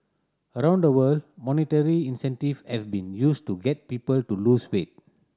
around the world monetary incentive has been used to get people to lose weight